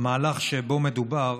המהלך שבו מדובר,